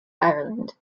ireland